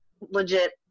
legit